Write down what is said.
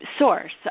Source